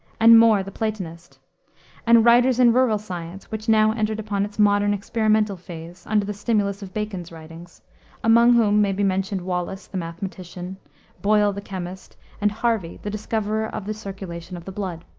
and more, the platonist and writers in rural science which now entered upon its modern, experimental phase, under the stimulus of bacon's writings among whom may be mentioned wallis, the mathematician boyle, the chemist, and harvey, the discoverer of the circulation of the blood.